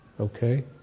okay